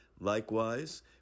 Likewise